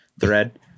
thread